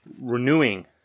renewing